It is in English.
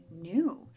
new